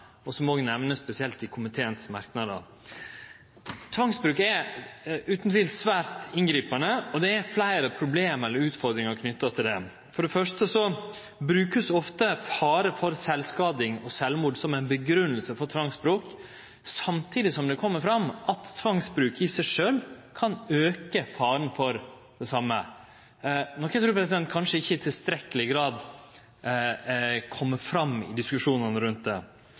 og som òg vert spesielt nemnt i komiteens merknader. Tvangsbruk er utan tvil svært inngripande, og det er fleire problem, eller utfordringar, knytte til det. For det første brukar ein ofte fare for sjølvskading og sjølvmord som ei grunngjeving for tvangsbruk, samtidig som det kjem fram at tvangsbruk i seg sjølv kan auke faren for det same, noko eg trur kanskje ikkje i tilstrekkeleg grad har kome fram i diskusjonane rundt det.